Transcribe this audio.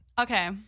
Okay